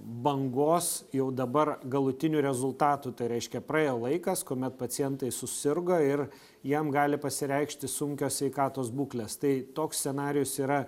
bangos jau dabar galutinių rezultatų tai reiškia praėjo laikas kuomet pacientai susirgo ir jiem gali pasireikšti sunkios sveikatos būklės tai toks scenarijus yra